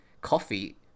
coffee